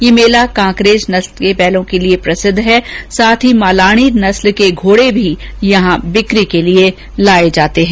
यह मेला कांकरेज नस्ल के बैलों के लिए प्रसिद्ध है साथ ही मालाणी नस्ल के घोडे भी यहां बिक्री के लिए जाए जाते हैं